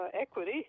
equity